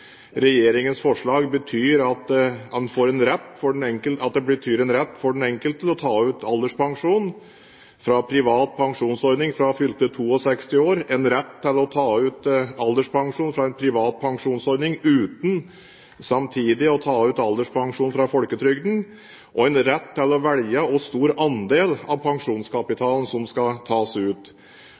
at regjeringens forslag innebærer en rett for den enkelte til å ta ut alderspensjon fra privat pensjonsordning fra fylte 62 år, en rett til å ta ut alderspensjon fra en privat pensjonsordning uten samtidig å ta ut alderspensjonen fra folketrygden, og en rett til å velge hvor stor andel av pensjonskapitalen som skal tas ut.